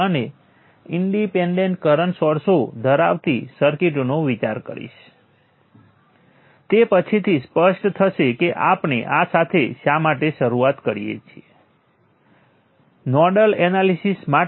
તેવી જ રીતે R22 ની ઉપર વોલ્ટેજ V2 છે R3 ની વચ્ચે 3 વોલ્ટેજ V3 છે અને I3 ની ઉપર વોલ્ટેજ V3 છે